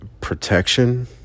protection